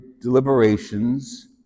deliberations